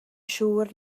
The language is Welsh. siŵr